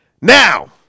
Now